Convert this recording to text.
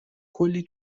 کلی